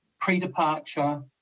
pre-departure